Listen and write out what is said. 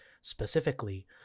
specifically